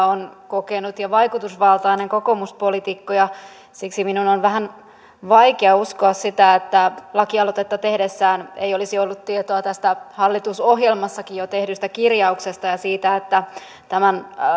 on kokenut ja vaikutusvaltainen kokoomuspoliitikko ja siksi minun on vähän vaikea uskoa sitä että lakialoitetta tehdessään hän ei olisi ollut tietoa tästä hallitusohjelmassakin jo tehdystä kirjauksesta ja siitä että tämän